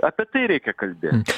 apie tai reikia kalbėt